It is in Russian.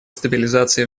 стабилизации